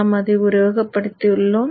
நாம் அதை உருவகப்படுத்தியுள்ளோம்